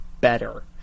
better